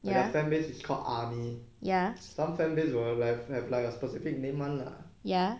and their fan base is called some fan base were like have like a specific name [one] lah